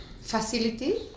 facility